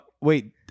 Wait